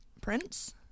Prince